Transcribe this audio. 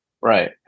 Right